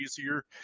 easier